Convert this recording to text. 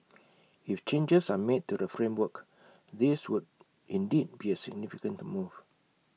if changes are made to the framework this would indeed be A significant move